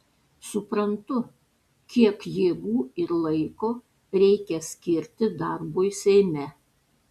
suprantu kiek jėgų ir laiko reikia skirti darbui seime